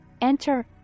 enter